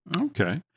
Okay